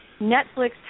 Netflix